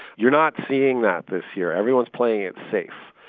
you're not seeing that this year. everyone's playing it safe.